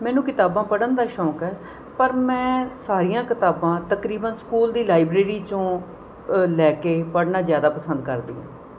ਮੈਨੂੰ ਕਿਤਾਬਾਂ ਪੜ੍ਹਨ ਦਾ ਸ਼ੌਕ ਹੈ ਪਰ ਮੈਂ ਸਾਰੀਆਂ ਕਿਤਾਬਾਂ ਤਕਰੀਬਨ ਸਕੂਲ ਦੀ ਲਾਈਬ੍ਰੇਰੀ 'ਚੋਂ ਲੈ ਕੇ ਪੜ੍ਹਨਾ ਜ਼ਿਆਦਾ ਪਸੰਦ ਕਰਦੀ ਹਾਂ